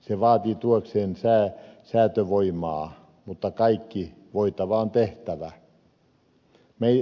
se vaatii tuekseen säätövoimaa mutta kaikki voitava on tehtävä